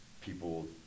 people